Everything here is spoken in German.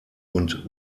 und